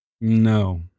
No